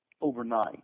overnight